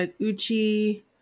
uchi